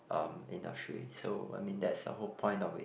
um industry so I mean that's the whole point of it